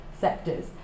sectors